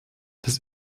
des